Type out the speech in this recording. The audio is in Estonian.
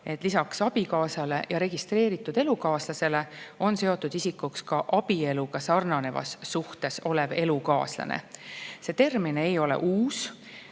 et lisaks abikaasale ja registreeritud elukaaslasele on seotud isik ka [ametiisikuga] abieluga sarnanevas suhtes olev elukaaslane. See termin ei ole uus.